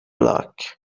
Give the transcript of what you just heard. block